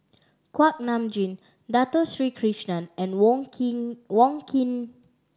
Kuak Nam Jin Dato Sri Krishna and Wong Keen Wong Keen